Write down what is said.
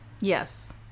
Yes